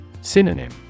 Synonym